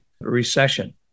recession